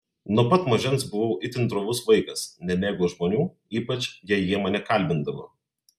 nuo pat mažens buvau itin drovus vaikas nemėgau žmonių ypač jei jie mane kalbindavo